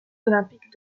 olympiques